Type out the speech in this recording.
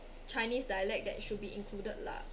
chinese dialect that should be included lah